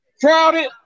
crowded